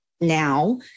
now